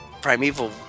primeval